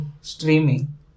streaming